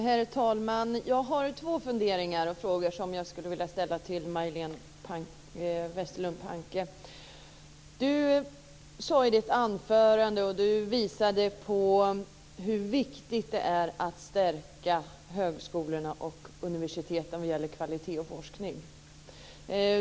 Herr talman! Jag har två frågor som jag skulle vilja ställa till Majléne Westerlund Panke. Hon visade i sitt anförande på hur viktigt det är att stärka högskolorna och universiteten vad gäller kvalitet och forskning.